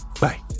bye